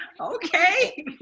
Okay